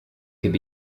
could